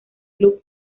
club